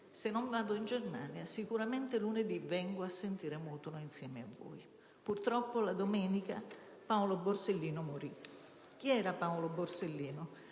se non vado in Germania, sicuramente lunedì vengo a sentire Mutolo insieme a voi». Purtroppo la domenica Paolo Borsellino morì. Chi era Paolo Borsellino?